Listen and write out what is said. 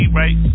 right